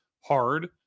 hard